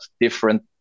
different